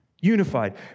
unified